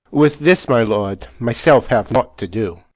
with this, my lord, myself have naught to do.